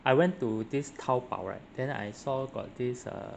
I went to this 淘宝 right then I saw got this err